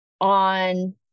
on